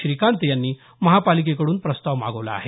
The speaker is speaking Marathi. श्रीकांत यांनी महापालिकेकडून प्रस्ताव मागवला आहे